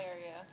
area